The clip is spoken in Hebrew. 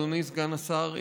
אדוני סגן השר,